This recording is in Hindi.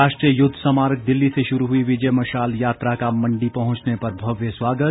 राष्ट्रीय युद्ध स्मारक दिल्ली से शुरू हुई विजय मशाल यात्रा का मंडी पहुंचने पर भव्य स्वागत